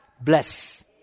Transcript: bless